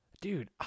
Dude